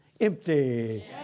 empty